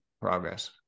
progress